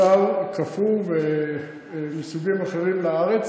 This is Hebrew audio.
לבשר קפוא, ומסוגים אחרים, לארץ.